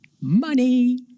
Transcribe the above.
money